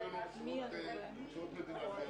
הניואנסים הם כל כך פר הרשעה ופר זכאות לפי החוק,